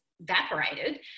evaporated